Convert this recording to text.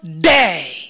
day